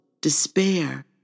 despair